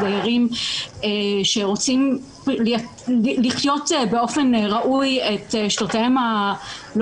דיירים שרוצים לחיות באופן ראוי את שנותיהם